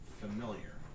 familiar